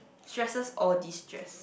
stresses or destress